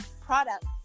products